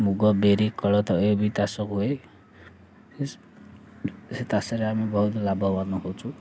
ମୁଗ ବିରି କୋଳଥ ଏ ବି ଚାଷ ହୁଏ ସେ ଚାଷରେ ଆମେ ବହୁତ ଲାଭବାନ ହେଉଛୁ